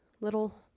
little